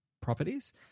properties